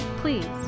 Please